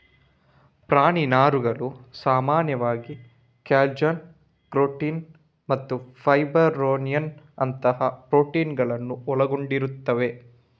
ಪ್ರಾಣಿ ನಾರುಗಳು ಸಾಮಾನ್ಯವಾಗಿ ಕಾಲಜನ್, ಕೆರಾಟಿನ್ ಮತ್ತು ಫೈಬ್ರೊಯಿನ್ನಿನಂತಹ ಪ್ರೋಟೀನುಗಳನ್ನು ಒಳಗೊಂಡಿರುತ್ತವೆ